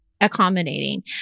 accommodating